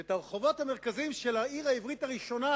ואת הרחובות המרכזיים של העיר העברית הראשונה,